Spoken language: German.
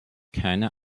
keine